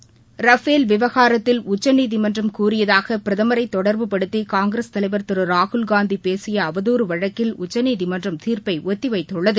Rafale விவகாரத்தில் உச்சநீதிமன்றம் கூறியதாக பிரதமரை தொடர்புப்படுத்தி காங்கிரஸ் தலைவர் திரு ராகுல் காந்தி பேசிய அவதூறு வழக்கில் உச்சநீதிமன்றம் தீர்ப்பை ஒத்திவைத்துள்ளது